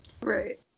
Right